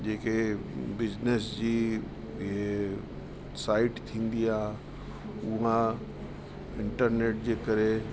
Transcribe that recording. जेके बिजिनस जी साइट थींदी आहे उहा इंटरनेट जे करे